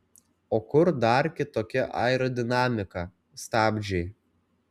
o kur dar kitokia aerodinamika stabdžiai